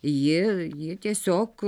ji ji tiesiog